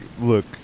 look